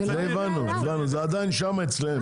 זה הבנו, זה עדיין שמה אצלם.